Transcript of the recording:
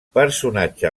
personatge